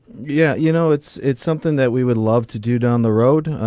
yeah you know it's it's something that we would love to do down the road.